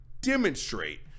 demonstrate